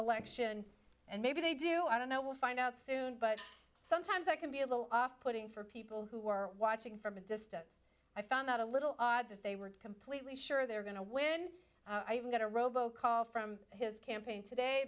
election and maybe they do i don't know we'll find out soon but sometimes that can be a little off putting for people who are watching from a distance i found out a little odd that they weren't completely sure they're going to when i've got a robo call from his campaign today